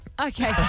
Okay